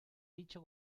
dicho